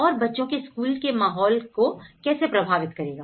और बच्चों के स्कूल के माहौल को कैसे प्रभावित करेगा